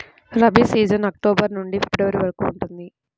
rabi season October నుండి February వరకు ఉంటుంది